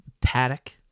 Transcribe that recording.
paddock